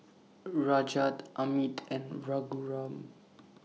Rajat Amit and Raghuram